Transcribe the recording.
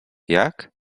jak